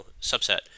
subset